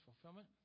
fulfillment